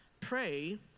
pray